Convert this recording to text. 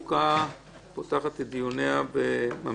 החוקה, חוק ומשפט.